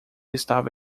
estava